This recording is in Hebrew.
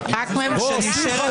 שמחה,